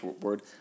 word